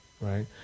right